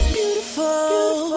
Beautiful